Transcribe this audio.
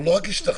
לא רק השתכנענו,